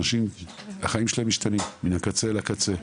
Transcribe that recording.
שבה החיים של אנשים משתנים מקצה לקצה,